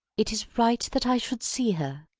it is right that i should see her.